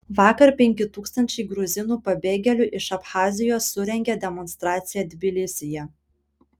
vakar penki tūkstančiai gruzinų pabėgėlių iš abchazijos surengė demonstraciją tbilisyje